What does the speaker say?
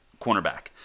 cornerback